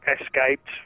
escaped